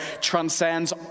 transcends